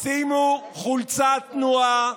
שימו חולצת תנועה,